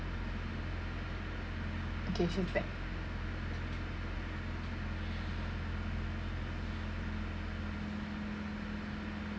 okay she's back